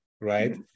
right